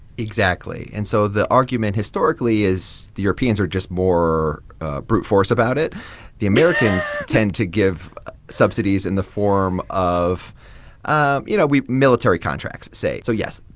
exactly. and so the argument historically is the europeans are just more brute-force about it the americans tend to give subsidies in the form of um you know, we military contracts, say. so, yes,